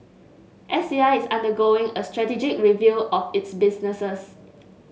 S C I is undergoing a strategic review of its businesses